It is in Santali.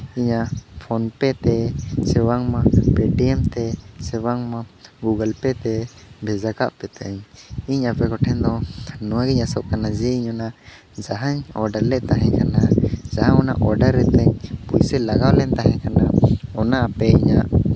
ᱤᱧᱟᱹᱜ ᱯᱷᱳᱱ ᱯᱮ ᱛᱮ ᱵᱟᱝᱢᱟ ᱯᱮᱴᱤᱭᱮᱢ ᱛᱮ ᱥᱮ ᱵᱟᱝᱢᱟ ᱜᱩᱜᱩᱞ ᱯᱮ ᱛᱮ ᱵᱷᱮᱡᱟ ᱠᱟᱜ ᱯᱮ ᱛᱟᱦᱮᱱᱤᱧ ᱤᱧ ᱟᱯᱮ ᱠᱚᱴᱷᱮᱱ ᱫᱚ ᱱᱚᱣᱟᱜᱤᱧ ᱟᱸᱥᱚᱜ ᱠᱟᱱᱟ ᱡᱮ ᱤᱧ ᱚᱱᱟ ᱡᱟᱦᱟᱸᱧ ᱚᱰᱟᱨ ᱞᱮᱫ ᱛᱟᱦᱮᱸ ᱠᱟᱱᱟ ᱡᱟᱦᱟᱸ ᱚᱱᱟ ᱚᱰᱟᱨ ᱨᱮᱛᱟᱹᱧ ᱯᱩᱭᱥᱟᱹ ᱞᱟᱜᱟᱣ ᱞᱮᱱ ᱛᱟᱦᱮᱸ ᱠᱟᱱᱟ ᱚᱱᱟᱛᱮ ᱤᱧᱟᱹᱜ